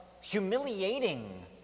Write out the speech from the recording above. humiliating